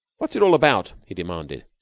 what's it all about? he demanded.